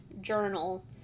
journal